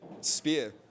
spear